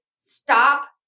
Stop